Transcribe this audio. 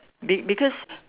be~ because